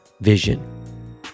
vision